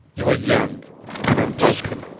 you are young and unbroken